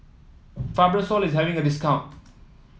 Fibrosol is having a discount